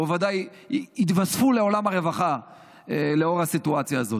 וודאי יתווספו לעולם הרווחה בסיטואציה הזאת.